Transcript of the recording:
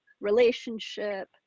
relationship